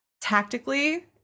tactically